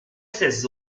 ses